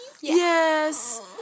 Yes